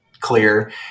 clear